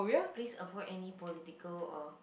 please avoid any political or